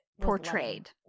portrayed